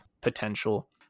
potential